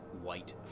white